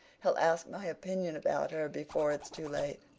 he'll ask my opinion about her before it's too late.